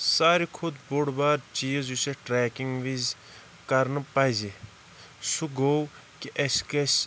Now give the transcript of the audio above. ساروِے کھۄتہٕ بوٚڑ بار چیٖز یُس یَتھ ٹریکِنٛگ وِز کَرُن پَزِ سُہ گوٚو کہِ اَسہِ گَژھِ